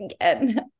again